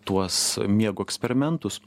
tuos miego eksperimentus